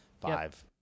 Five